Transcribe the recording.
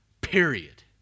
period